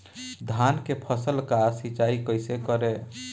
धान के फसल का सिंचाई कैसे करे?